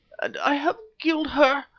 and i have killed her,